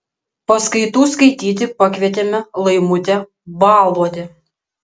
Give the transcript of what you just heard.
paskaitų skaityti pakvietėme laimutę baluodę